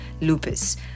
lupus